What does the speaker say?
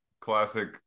classic